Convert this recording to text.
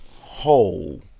whole